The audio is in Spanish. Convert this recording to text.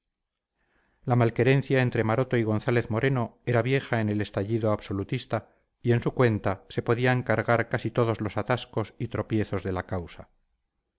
la malquerencia entre maroto y gonzález moreno era vieja en el estadillo absolutista y en su cuenta se podían cargar casi todos los atascos y tropiezos de la causa